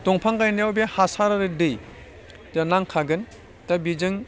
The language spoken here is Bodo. दंफां गायनायाव बे हासार आरो दै दा नांखागोन दा बेजों